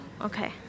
okay